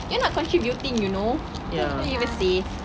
you're not contributing you know then not even safe